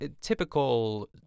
typical